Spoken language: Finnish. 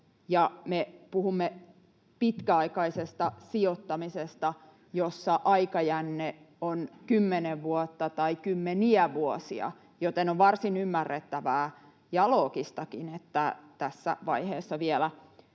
puhumme pitkäaikaisesta sijoittamisesta, jossa aikajänne on 10 vuotta tai kymmeniä vuosia, joten on varsin ymmärrettävää ja loogistakin, että tässä vaiheessa vielä